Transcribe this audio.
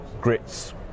grits